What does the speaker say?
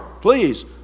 please